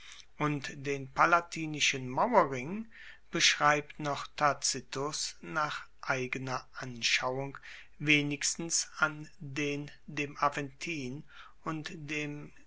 und den palatinischen mauerring beschreibt noch tacitus nach eigener anschauung wenigstens an den dem aventin und dem